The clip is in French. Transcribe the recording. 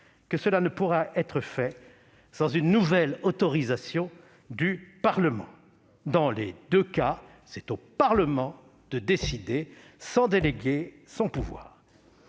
que cela ne pourra être fait sans une nouvelle autorisation du Parlement. Dans les deux cas, c'est au Parlement de décider sans déléguer son pouvoir.